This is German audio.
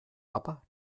aber